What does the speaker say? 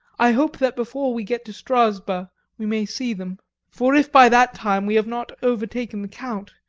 i hope that before we get to strasba we may see them for if by that time we have not overtaken the count,